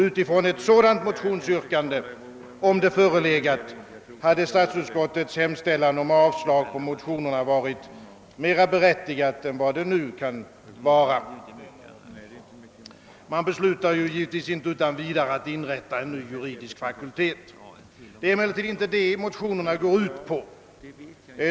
Utifrån ett sådant motionsyrkande — om det förelegat — hade statsutskottets hemställan om avslag på motionerna varit mera berättigad än vad den nu kan vara. Man beslutar givetvis inte utan vidare att inrätta en ny juridisk fakultet. Det är emellertid inte detta motionerna går ut på.